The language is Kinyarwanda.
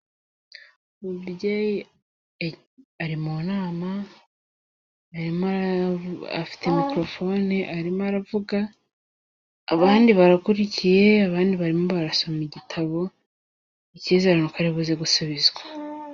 Umubyeyi e ari mu nama, arimo aravu...afite mikorofone, arimo aravuga, abandi barakurikiye, abandi barimo barasoma igitabo, icyizere ni uko ari buze gusubizwa.